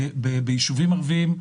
ביישובים ערביים.